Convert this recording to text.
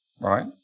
Right